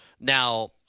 Now